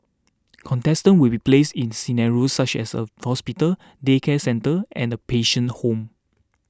contestants will be placed in scenarios such as a hospital daycare centre and a patient's home